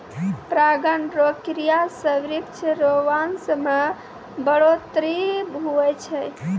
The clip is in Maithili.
परागण रो क्रिया से वृक्ष रो वंश मे बढ़ौतरी हुवै छै